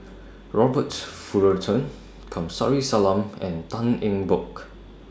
Robert Fullerton Kamsari Salam and Tan Eng Bock